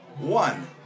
one